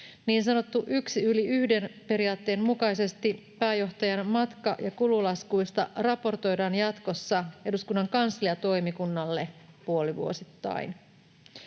Niin sanotun yksi yli yhden ‑periaatteen mukaisesti pääjohtajan matka- ja kululaskuista raportoidaan jatkossa eduskunnan kansliatoimikunnalle puolivuosittain.